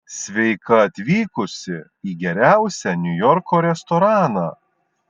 sveika atvykusi į geriausią niujorko restoraną